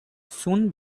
soon